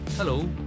Hello